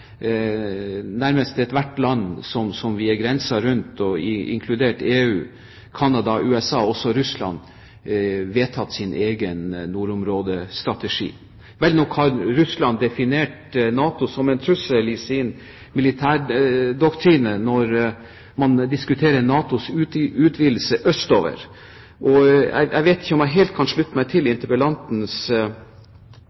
nærmest ethvert land rundt oss, inkludert EU, Canada og Russland, vedtatt sin egen nordområdestrategi. Vel nok har Russland i sin militærdoktrine definert NATO som en trussel når man diskuterer NATOs utvidelse østover – jeg vet ikke om jeg helt kan slutte meg til